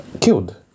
Killed